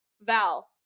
Val